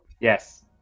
Yes